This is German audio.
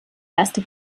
erste